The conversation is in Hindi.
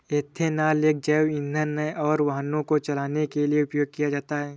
इथेनॉल एक जैव ईंधन है और वाहनों को चलाने के लिए उपयोग किया जाता है